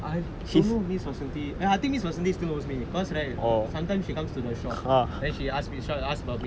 I don't know miss vasanthi and I think miss vasanthi still knows me because right sometimes she comes to the shop then she ask me then she ask about me